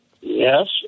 Yes